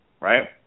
Right